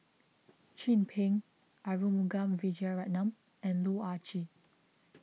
Chin Peng Arumugam Vijiaratnam and Loh Ah Chee